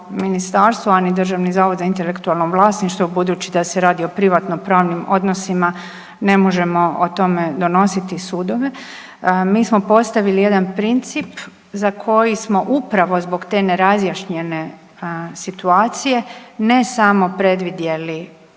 ministarstvo, a ni Državni zavod za intelektualno vlasništvo budući da se radi o privatno pravnim odnosima ne možemo o tome donositi sudove. Mi smo postavili jedan princip za koji smo upravo zbog te nerazjašnjenje situacije ne samo predvidjeli